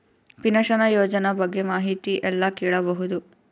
Pension ಯೋಜನ ಬಗ್ಗೆ ಮಾಹಿತಿ ಎಲ್ಲ ಕೇಳಬಹುದು?